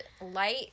light